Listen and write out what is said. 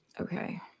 Okay